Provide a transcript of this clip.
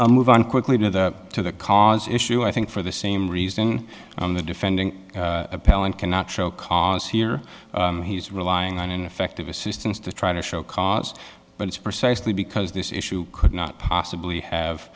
a move on quickly to the to the cause issue i think for the same reason and the defending appellant cannot show cause here he's relying on ineffective assistance to try to show cause but it's precisely because this issue could not possibly have